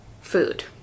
food